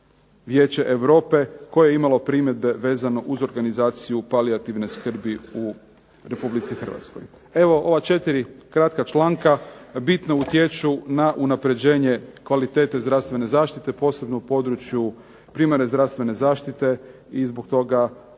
Vijeće Europe koje je imalo primjedbe vezano uz organizaciju palijativne skrbi u Republici Hrvatskoj. Evo ova četiri kratka članka bitno utječu na unapređenje kvalitete zdravstvene zaštite posebno u području primarne zdravstvene zaštite i zbog toga